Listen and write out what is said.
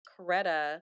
coretta